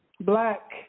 Black